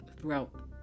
throughout